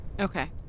Okay